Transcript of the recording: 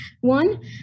One